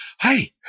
hey